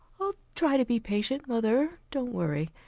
i'll try to be patient, mother. don't worry.